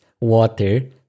water